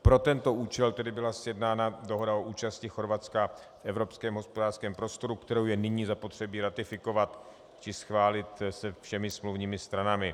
Pro tento účel byla sjednána Dohoda o účasti Chorvatska v Evropském hospodářském prostoru, kterou je nyní zapotřebí ratifikovat, či schválit, všemi smluvními stranami.